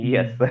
Yes